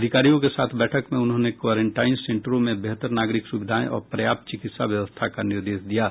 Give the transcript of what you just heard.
अधिकारियों के साथ बैठक में उन्होंने क्वारेंटाइन सेंटरों में बेहतर नागरिक सुविधाएं और पर्याप्त चिकित्सा व्यवस्था का निर्देश दिया है